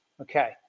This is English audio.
Okay